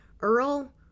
Earl